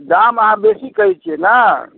दाम अहाँ बेसी कहै छियै ने